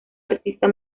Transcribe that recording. artista